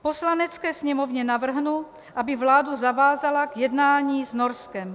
Poslanecké sněmovně navrhnu, aby vládu zavázala k jednání s Norskem.